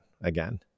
again